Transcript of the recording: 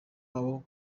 wabo